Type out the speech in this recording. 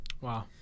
Wow